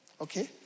Okay